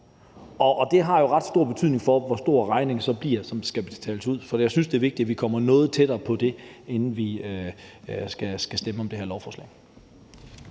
Og det har jo ret stor betydning for, hvor stor regningen, som så skal betales, bliver. Jeg synes, det er vigtigt, at vi kommer noget tættere på det, inden vi skal stemme om det her lovforslag.